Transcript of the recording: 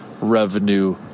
revenue